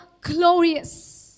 glorious